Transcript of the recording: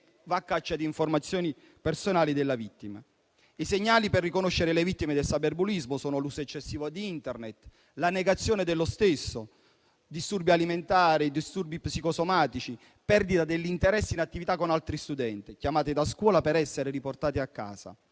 va a caccia di informazioni personali della vittima. I segnali per riconoscere le vittime del cyberbullismo sono l'uso eccessivo di Internet, la negazione dello stesso, disturbi alimentari e disturbi psicosomatici, perdita dell'interesse in attività con altri studenti, chiamate da scuola per essere riportati a casa,